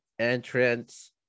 entrance